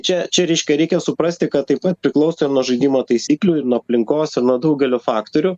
čia čia reiškia reikia suprasti kad taip pat priklauso ir nuo žaidimo taisyklių ir nuo aplinkos ir nuo daugelio faktorių